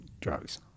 drugs